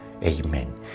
Amen